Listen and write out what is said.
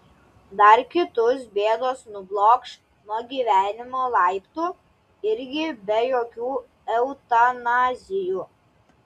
dar kitus bėdos nublokš nuo gyvenimo laiptų irgi be jokių eutanazijų